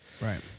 right